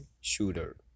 Shooter